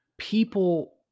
People